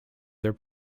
their